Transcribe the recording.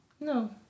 No